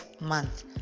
month